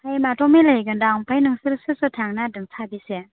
टाइमाथ' मिलायहैगोनदां ओमफ्राय नोंसोरो सोर सोर थांनो नागिरदों साबैसे